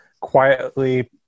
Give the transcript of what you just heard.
quietly